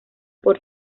por